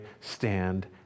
stand